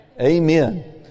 Amen